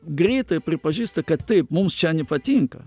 greitai pripažįsta kad taip mums čia nepatinka